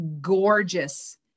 gorgeous